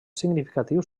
significatius